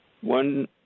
one